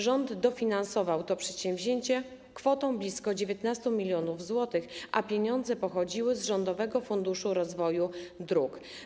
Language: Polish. Rząd dofinansował to przedsięwzięcie kwotą blisko 19 mln zł, a pieniądze pochodziły z Rządowego Funduszu Rozwoju Dróg.